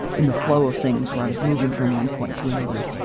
in the flow of things, whereas moving from one point to another,